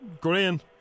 Green